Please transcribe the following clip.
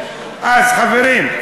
חברים,